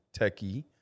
techie